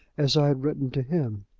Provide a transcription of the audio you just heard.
as i had written to him.